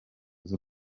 z’u